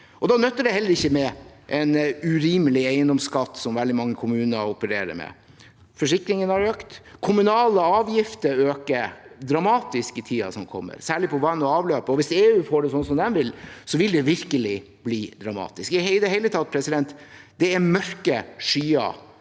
Da nytter det heller ikke med en urimelig eiendomsskatt, som veldig mange kommuner opererer med. Forsikringene har økt, kommunale avgifter øker dramatisk i tiden som kommer, særlig på vann og avløp, og hvis EU får det som de vil, vil det virkelig bli dramatisk. Vi står i det hele tatt overfor mørke skyer